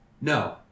No